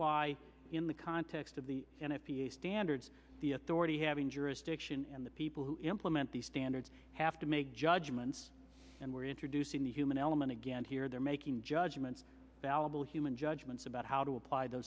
why in the context of the n f p a standards the authority having jurisdiction and the people who implement the standards have to make judgments and we're introducing the human element again here they're making judgments valuable human judgments about how to apply t